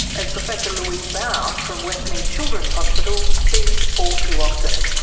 as professor louise baur, from westmead children's hospital, sees all too often.